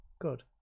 Good